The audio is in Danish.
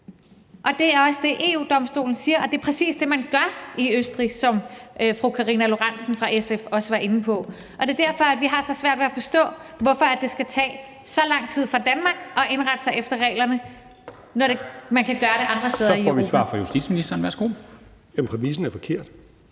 Og det er også det, EU-Domstolen siger, og det er præcis det, man gør i Østrig, som fru Karina Lorentzen Dehnhardt fra SF også var inde på. Det er derfor, vi har så svært ved at forstå, hvorfor det skal tage så lang tid for Danmark at indrette sig efter reglerne, når man kan gøre det andre steder i Europa. Kl. 10:50 Formanden (Henrik Dam Kristensen):